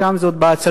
שם זה עוד בעצלתיים,